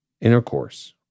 intercourse